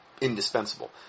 indispensable